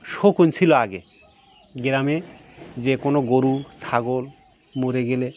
শকুন ছিল আগে গ্রামে যে কোনো গরু ছাগল মরে গেলে